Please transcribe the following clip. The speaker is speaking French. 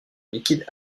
liquide